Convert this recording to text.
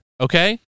Okay